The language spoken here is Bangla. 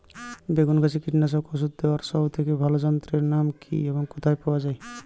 বেগুন গাছে কীটনাশক ওষুধ দেওয়ার সব থেকে ভালো যন্ত্রের নাম কি এবং কোথায় পাওয়া যায়?